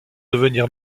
devenir